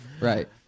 Right